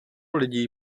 lidí